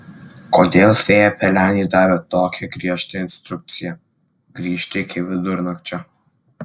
kodėl fėja pelenei davė tokią griežtą instrukciją grįžti iki vidurnakčio